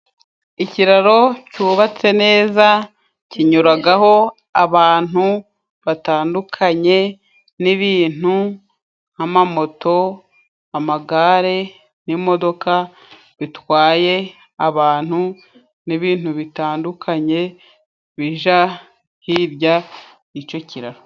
Ikiraro cyubatse neza kinyuragaho abantu batandukanye nibintu, nk'amamoto, amagare, n'imodoka bitwaye abantu n'ibintu bitandukanye bija hirya y'icyo kiraro.